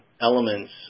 elements